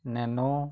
nano